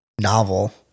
novel